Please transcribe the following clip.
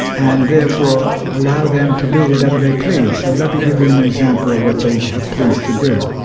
and therefore allow them to do whatever they please. so let me give you an example of what they have pleased to do.